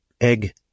egg